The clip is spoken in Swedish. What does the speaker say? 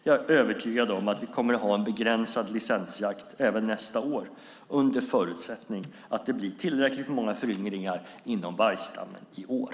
Jag är övertygad om att vi kommer att ha en begränsad licensjakt även nästa år, under förutsättning att det blir tillräckligt många föryngringar inom vargstammen i år.